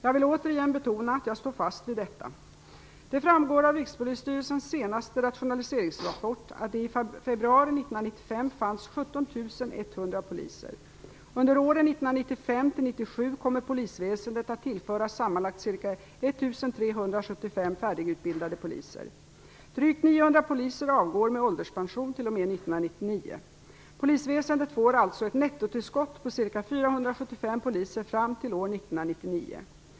Jag vill återigen betona att jag står fast vid detta. poliser. Under åren 1995 till 1997 kommer polisväsendet att tillföras sammanlagt ca 1 375 färdigutbildade poliser. Drygt 900 poliser avgår med ålderspension t.o.m. 1999. Polisväsendet får alltså ett nettotillskott på ca 475 poliser fram till år 1999.